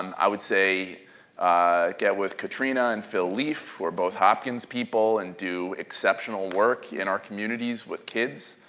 um i would say get with katrina and phil leaf who are both hopkins people and do exceptional work in our communities with kids.